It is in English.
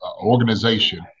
organization